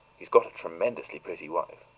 has got a tremendously pretty wife.